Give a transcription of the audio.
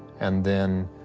and then,